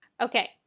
Okay